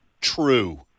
true